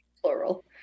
plural